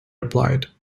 replied